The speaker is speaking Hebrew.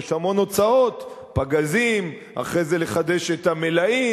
יש המון הוצאות: פגזים, אחרי זה, לחדש את המלאים.